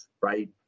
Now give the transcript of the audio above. right